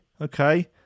okay